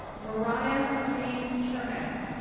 moriah helene chermak,